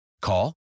Call